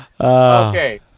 Okay